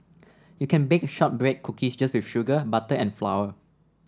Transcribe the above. you can bake shortbread cookies just with sugar butter and flour